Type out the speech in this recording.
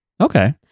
Okay